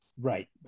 Right